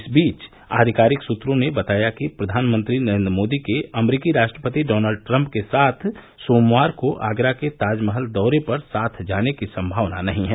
इस बीच आधिकारिक सूत्रों ने बताया कि प्रधानमंत्री नरेंद्र मोदी के अमरीकी राष्ट्रपति डॉनल्ड ट्रंप के साथ सोमवार को आगरा के ताजमहल दौरे पर साथ जाने की संभावना नहीं है